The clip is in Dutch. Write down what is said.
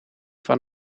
van